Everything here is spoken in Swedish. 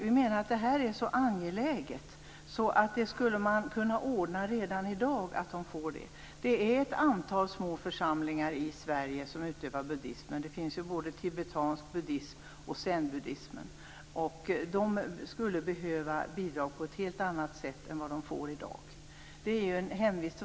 Vi menar att det här är så angeläget att man redan i dag skulle kunna ordna att de får bidrag. Ett antal små församlingar i Sverige utövar buddism. Det finns ju både tibetansk buddism och zenbuddism. De skulle behöva få bidrag på ett helt annat sätt än vad de får i dag.